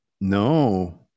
No